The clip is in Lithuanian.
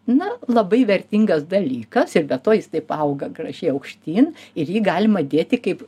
na labai vertingas dalykas ir be to jis taip auga gražiai aukštyn ir jį galima dėti kaip